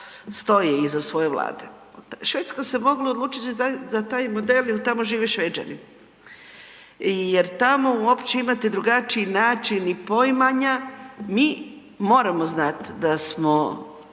stoje iza svoje vlade. Švedska se mogla odlučiti za taj model jel tamo žive Šveđani jer tamo imate uopće drugačiji način i poimanja, mi moramo znati da smo